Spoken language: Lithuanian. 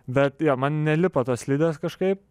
bet jo man nelipo tos slides kažkaip